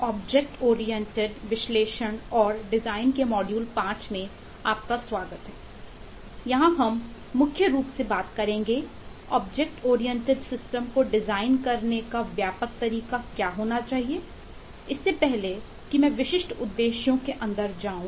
object oriented विश्लेषण और design को डिजाइन करने का व्यापक तरीका क्या होना चाहिए इससे पहले कि मैं विशिष्ट उद्देश्यों के अंदर जाऊँ